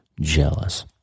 jealous